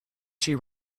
she